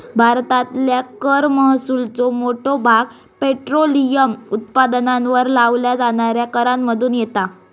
भारतातल्या कर महसुलाचो मोठो भाग पेट्रोलियम उत्पादनांवर लावल्या जाणाऱ्या करांमधुन येता